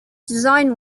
design